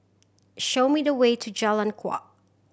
show me the way to Jalan Kuak